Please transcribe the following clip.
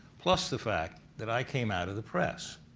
plus the fact that i came out of the press.